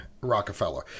Rockefeller